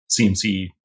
CMC